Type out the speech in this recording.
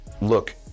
look